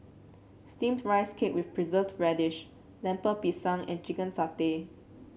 steamed Rice Cake with Preserved Radish Lemper Pisang and Chicken Satay